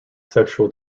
sexual